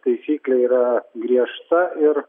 taisyklė yra griežta ir